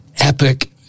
epic